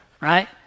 right